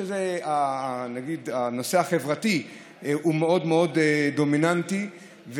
כשהנושא החברתי הוא מאוד מאוד דומיננטי.